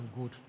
good